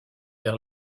vers